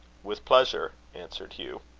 with pleasure, answered hugh.